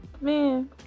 Man